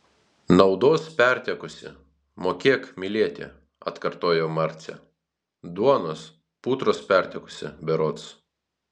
naudos pertekusi mokėk mylėti atkartojo marcė duonos putros pertekusi berods